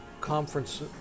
conference